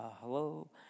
hello